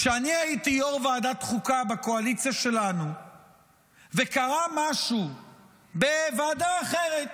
כשאני הייתי יו"ר ועדת חוקה בקואליציה שלנו וקרה משהו בוועדה אחרת